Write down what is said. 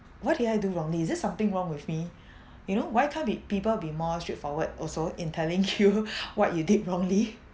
what did I do wrongly is there something wrong with me you know why can't be people be more straightforward also in telling you what you did wrongly